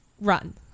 Run